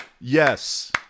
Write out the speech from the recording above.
Yes